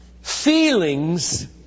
feelings